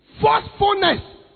forcefulness